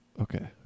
okay